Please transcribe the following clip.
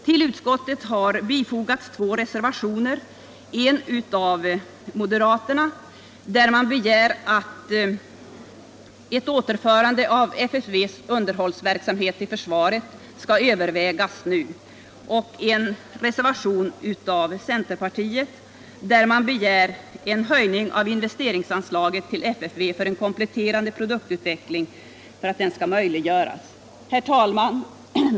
Till utskottsbetänkandet har fogats två reservationer, en av moderaterna där men begär att ett återförande av FFV:s underhållsverksamhet till försvaret skall övervägas nu samt en reservation av centerpartiet där man begär en höjning av investeringsanslaget till FFV för att möjliggöra en kompletterande produktutveckling. Herr talman!